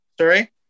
Sorry